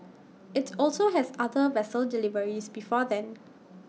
IT also has other vessel deliveries before then